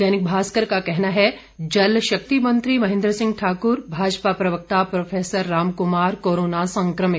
दैनिक भास्कर का कहना है जलशक्ति मंत्री महेंद्र सिंह ठाकुर भाजपा प्रवक्ता प्रोफेसर राम कुमार कोरोना संक्रमित